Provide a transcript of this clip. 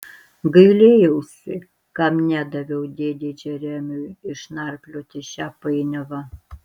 gailėjausi kam nedaviau dėdei džeremiui išnarplioti šią painiavą